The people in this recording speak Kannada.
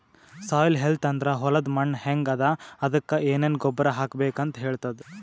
ಸಾಯಿಲ್ ಹೆಲ್ತ್ ಅಂದ್ರ ಹೊಲದ್ ಮಣ್ಣ್ ಹೆಂಗ್ ಅದಾ ಅದಕ್ಕ್ ಏನೆನ್ ಗೊಬ್ಬರ್ ಹಾಕ್ಬೇಕ್ ಅಂತ್ ಹೇಳ್ತದ್